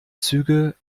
züge